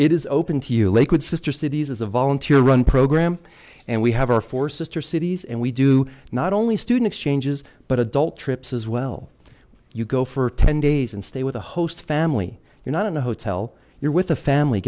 it is open to you lakewood sister cities as a volunteer run program and we have our four sister cities and we do not only students changes but adult trips as well you go for ten days and stay with the host family you're not in a hotel you're with a family